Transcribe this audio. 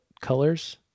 colors